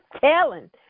telling